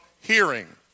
hearing